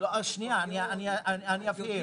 אני אבהיר,